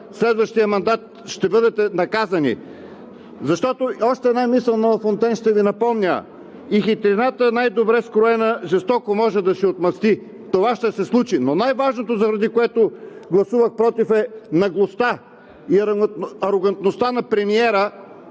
следващия мандат ще бъдете наказани! Още една мисъл на Лафонтен ще Ви напомня: „И хитрината най-добре скроена, жестоко може да си отмъсти!“ Това ще се случи. Но най-важното, заради което гласувах „против“, е наглостта и арогантността на премиера